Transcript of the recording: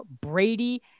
Brady